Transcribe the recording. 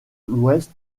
l’ouest